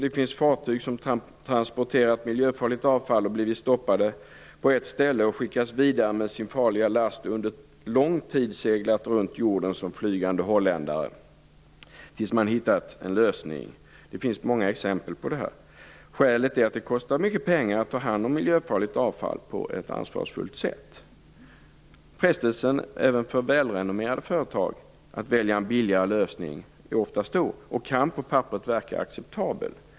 Det finns fartyg som transporterat miljöfarligt avfall som blivit stoppade på ett ställe och sedan skickats vidare med sin farliga last. De har under lång tid seglat runt jorden som flygande holländare tills man hittat en lösning. Det finns många exempel på detta. Skälet är att det kostar mycket pengar att ta hand om miljöfarligt avfall på ett ansvarsfullt sätt. Frestelsen för även välrenommerade företag att välja en billigare lösning är ofta stor, och lösningen kan på papperet verka acceptabel.